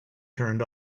turned